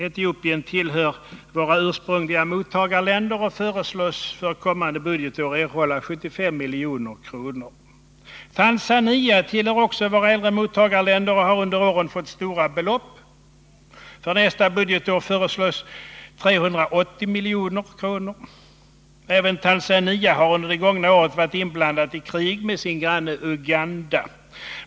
Etiopien tillhör våra ursprungliga mottagarländer Tanzania tillhör också våra äldre mottagarländer och har under åren fått stora belopp. För nästa budgetår föreslås 380 milj.kr. Även Tanzania har under det gångna året varit inblandat i krig med sin granne Uganda.